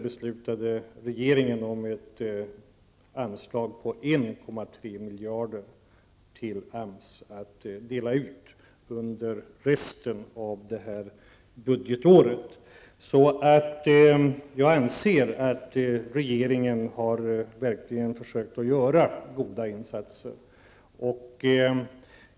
miljarder kronor till AMS att delas ut under resten av detta budgetår. Jag anser att regeringen verkligen har försökt göra goda insatser.